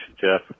Jeff